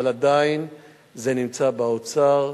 אבל עדיין זה נמצא באוצר,